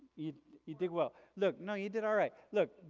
you you did well. look, no, you did alright. look,